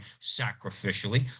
sacrificially